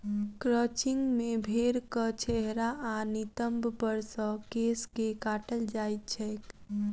crutching मे भेंड़क चेहरा आ नितंब पर सॅ केश के काटल जाइत छैक